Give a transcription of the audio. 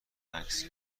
مکث